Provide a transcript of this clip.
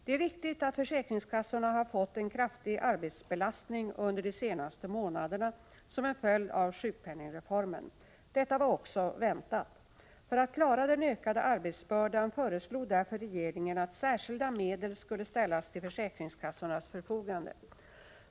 Det är riktigt att försäkringskassorna har fått en kraftig arbetsbelastning under de senaste månaderna som en följd av sjukpenningreformen. Detta 11 var också förväntat. För att klara den ökade arbetsbördan föreslog därför regeringen att särskilda medel skulle ställas till försäkringskassornas förfogande.